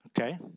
Okay